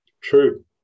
True